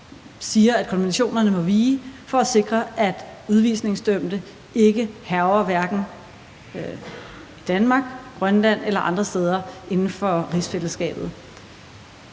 siger, at konventionerne må vige for at sikre, at udvisningsdømte ikke hærger hverken i Danmark, Grønland eller andre steder inden for rigsfællesskabet.